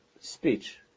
speech